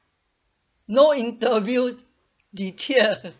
no interview detail